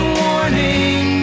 warning